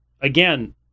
Again